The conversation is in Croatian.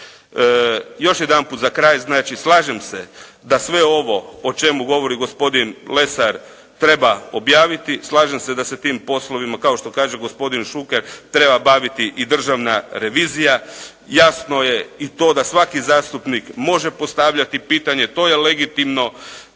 Još jedanput za kraj, znači slažem se da sve ovo o čemu govori gospodin Lesar treba objaviti, slažem se da se tim poslovima, kao što kaže gospodin Šuker treba baviti i državna revizija, jasno je i to da svaki zastupnik može postavljati pitanje, to je legitimno